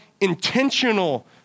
intentional